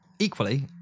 equally